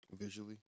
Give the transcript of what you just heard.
Visually